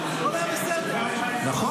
הכול היה בסדר --- נכון,